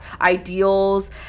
ideals